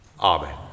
Amen